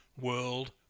world